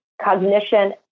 cognition